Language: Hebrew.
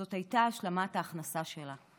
זאת הייתה השלמת ההכנסה שלה,